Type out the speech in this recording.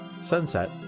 Sunset